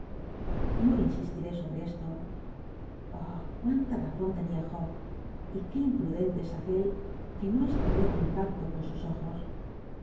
insistiré sobre esto h cuánta razón tenía job y qué imprudente e aquel que no establece un pacto con sus ojos